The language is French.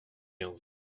quinze